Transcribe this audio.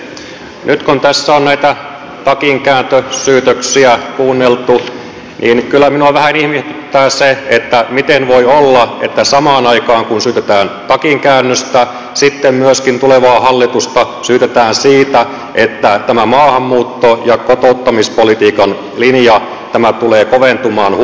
nyt kun tässä on näitä takinkääntösyytöksiä kuunneltu niin kyllä minua vähän ihmetyttää se miten voi olla että samaan aikaan kun syytetään takinkäännöstä sitten myöskin tulevaa hallitusta syytetään siitä että tämä maahanmuutto ja kotouttamispolitiikan linja tulee koventumaan huomattavasti